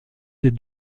des